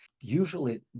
usually